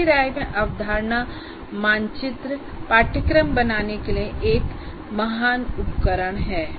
मेरी राय में अवधारणा मानचित्र पाठ्यक्रम बनाने के लिए एक महान उपकरण है